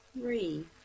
three